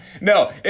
No